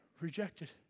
rejected